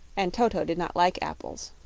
and toto did not like apples.